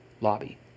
lobby